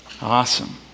awesome